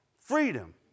Freedom